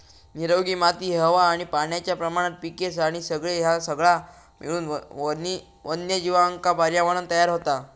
निरोगी माती हवा आणि पाण्याच्या प्रमाणात पिके आणि जंगले ह्या सगळा मिळून वन्यजीवांका पर्यावरणं तयार होता